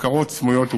בקרות סמויות וגלויות.